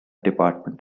department